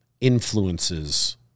influences